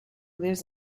lives